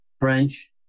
French